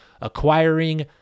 acquiring